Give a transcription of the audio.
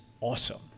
awesome